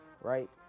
Right